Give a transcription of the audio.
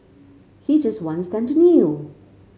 he just wants them to kneel